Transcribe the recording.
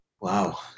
wow